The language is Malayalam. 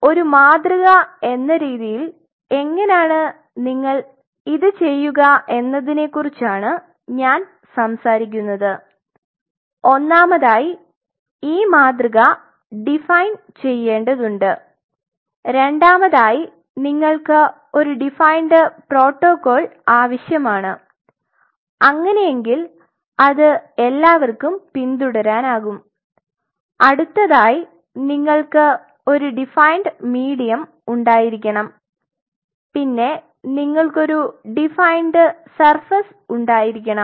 അപ്പോൾ ഒരു മാതൃക എന്നരീതിയിൽ എങ്ങനാണ് നിങ്ങൾ ഇത് ചെയുക എന്നതിനെക്കുറിച്ചാണ് ഞാൻ സംസാരിക്കുന്നത് ഒന്നാമതായി ഈ മാതൃക ഡിഫൈൻ ചെയ്യെണ്ടതുണ്ട് രണ്ടാമതായി നിങ്ങൾക്ക് ഒരു ഡിഫൈൻട് പ്രോട്ടോക്കോൾ ആവശ്യമാണ് അങ്ങനെയെങ്കിൽ അത് എല്ലാവർക്കും പിന്തുടരാനാകും അടുത്തതായി നിങ്ങൾക്ക് ഒരു ഡിഫൈൻട് മീഡിയം ഉണ്ടായിരിക്കണം പിന്നെ നിങ്ങൾക്ക് ഒരു ഡിഫൈൻട് സർഫസ് ഉണ്ടായിരിക്കണം